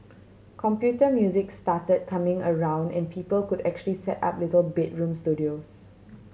computer music started coming around and people could actually set up little bedroom studios